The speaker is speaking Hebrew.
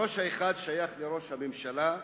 הראש האחד שייך לראש הממשלה,